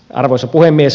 arvoisa puhemies